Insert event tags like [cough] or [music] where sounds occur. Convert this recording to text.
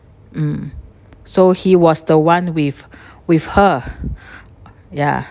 mm so he was the one with [breath] with her [breath] ya